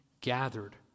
gathered